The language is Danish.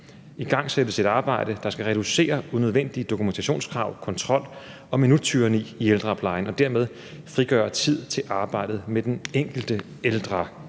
igangsættes et arbejde, der skal reducere unødvendige dokumentationskrav, kontrol og minuttyranni i ældreplejen og dermed frigøre tid til arbejdet med den enkelte ældre,